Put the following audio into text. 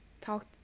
talk